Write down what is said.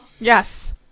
Yes